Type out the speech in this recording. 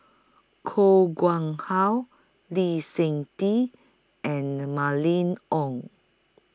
Koh Nguang How Lee Seng Tee and Mylene Ong